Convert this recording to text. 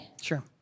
Sure